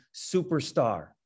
superstar